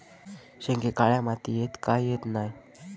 शेंगे काळ्या मातीयेत का येत नाय?